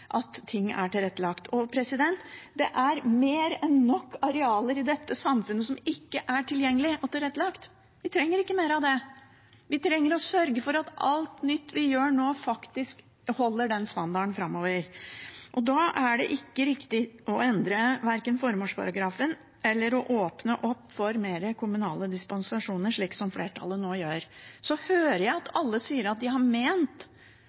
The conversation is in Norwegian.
at ting er tilrettelagt. Det er mer enn nok arealer i dette samfunnet som ikke er tilgjengelig og tilrettelagt. Vi trenger ikke mer av det. Vi trenger å sørge for at alt nytt vi gjør nå, faktisk holder den standarden framover. Da er det ikke riktig verken å endre formålsparagrafen eller å åpne opp for mer kommunale dispensasjoner, slik som flertallet nå gjør. Så hører jeg at alle sier at de har ment